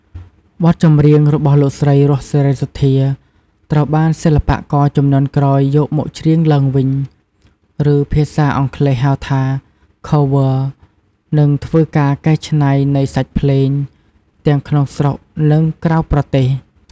បទចម្រៀងរបស់លោកស្រី រស់ សេរីសុទ្ធា ត្រូវបាន សិល្បករជំនាន់ក្រោយយកមកច្រៀងឡើងវិញ ឬភាសាអង់គ្លេស ហៅថា Cover និងធ្វើ ការកែច្នៃនៃសាច់ភ្លេង ទាំងក្នុងស្រុក និងក្រៅប្រទេស។